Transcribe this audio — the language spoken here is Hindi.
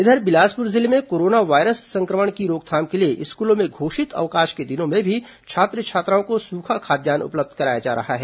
इधर बिलासपुर जिले में कोरोना वायरस संक्रमण की रोकथाम के लिए स्कूलों में घोषित अवकाश के दिनों में भी छात्र छात्राओं को सूखा खाद्यान्न उपलब्ध कराया जा रहा है